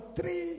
three